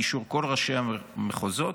באישור כל ראשי המחוזות,